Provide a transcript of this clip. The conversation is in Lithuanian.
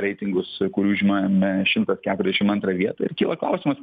reitingus užimame šimtas keturiasdešim antrą vietą ir kyla klausimas